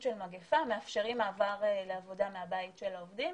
של מגפה מאפשרים מעבר לעבודה מהבית של העובדים